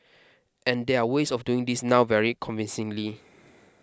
and there are ways of doing this now very convincingly